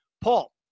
Paul